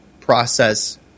process